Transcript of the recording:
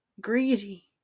Greedy